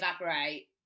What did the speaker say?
evaporate